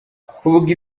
kuvuga